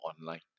online